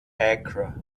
accra